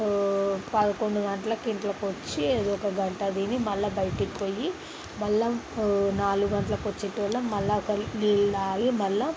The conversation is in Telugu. పదకుండు గంటలకి ఇంట్లో కొచ్చి ఏదో ఒక గంట తిని మళ్ళీ బయటికి పోయి మళ్ళీ నాలుగు గంటలకి వచ్చేటోలం మళ్ళీ కడుపుకి నీళ్ళు తాగి మళ్ళీ